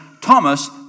Thomas